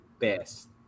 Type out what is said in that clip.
best